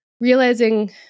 realizing